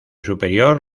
superior